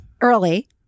Early